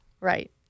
Right